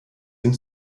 hin